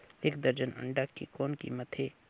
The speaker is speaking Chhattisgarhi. एक दर्जन अंडा के कौन कीमत हे?